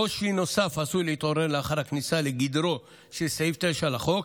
קושי נוסף עשוי להתעורר לאחר הכניסה לגדרו של סעיף 9 לחוק,